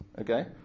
Okay